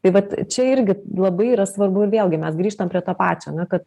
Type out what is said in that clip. tai vat čia irgi labai yra svarbu ir vėlgi mes grįžtam prie to pačio na kad